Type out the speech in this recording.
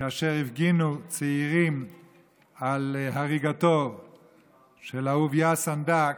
כאשר הפגינו צעירים על הריגתו של אהוביה סנדק,